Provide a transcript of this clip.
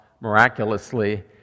miraculously